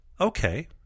Okay